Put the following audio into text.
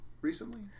recently